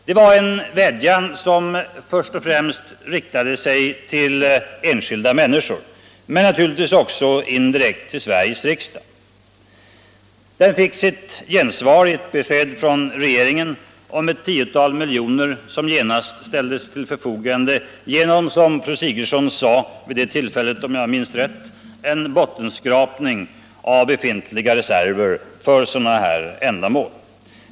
Det var en vädjan som först och främst riktade sig till enskilda människor, men naturligtvis också indirekt till Sveriges riksdag. Den fick sitt gensvar i ett besked från regeringen om ett tiotal miljoner som genast ställdes till förfogande genom, som fru Sigurdsen vid det tillfället sade, om jag minns rätt, en bottenskrapning av befintliga reserver för sådana här ändamål.